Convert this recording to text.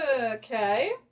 okay